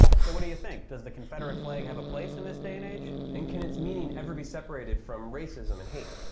so what do you think? does the confederate flag have a place in this day and age? and can its meaning ever be separated from racism and hate?